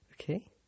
Okay